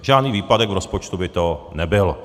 Žádný výpadek v rozpočtu by to nebyl.